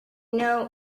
know